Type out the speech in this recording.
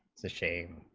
to shame